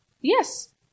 Yes